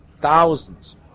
Thousands